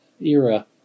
era